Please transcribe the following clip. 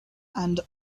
and